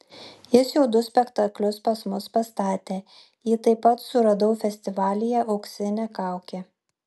jis jau du spektaklius pas mus pastatė jį taip pat suradau festivalyje auksinė kaukė